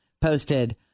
posted